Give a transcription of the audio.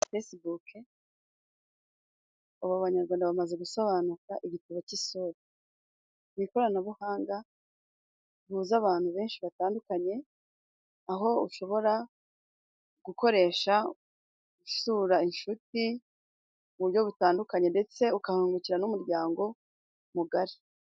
Fesibuke ubu Abanyarwanda bamaze gusobanuka igitabo cy'isura. Ni ikoranabuhanga rihuza abantu benshi batandukanye aho ushobora gukoresha usura inshuti mu buryo butandukanye, ndetse ukahungukira n'umuryango mugari.